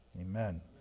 amen